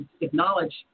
Acknowledge